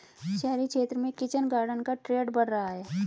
शहरी क्षेत्र में किचन गार्डन का ट्रेंड बढ़ रहा है